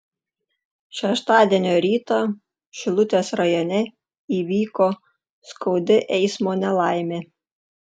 šeštadienio rytą šilutės rajone įvyko skaudi eismo nelaimė